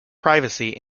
privacy